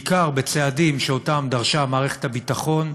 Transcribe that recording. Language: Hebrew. בעיקר בצעדים שאותם דרשה מערכת הביטחון,